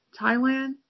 Thailand